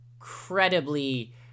incredibly